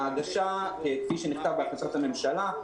ההגשה, כפי שנכתב בהחלטת הממשלה,